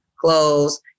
clothes